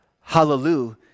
Hallelujah